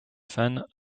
fans